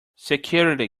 security